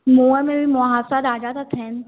मुंहं में बि मुहासा ॾाढा था थियनि